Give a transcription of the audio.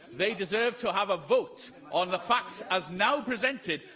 they deserve to have a vote on the facts as now presented,